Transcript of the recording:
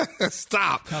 Stop